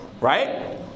Right